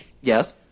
Yes